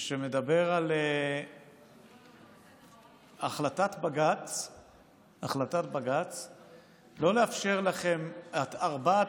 שמדבר על החלטת בג"ץ לא לאפשר לכם את ארבעת